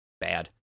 bad